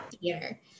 theater